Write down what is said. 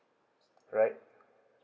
right